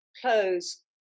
clothes